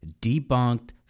debunked